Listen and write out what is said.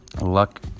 luck